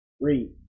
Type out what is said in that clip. Read